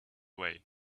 way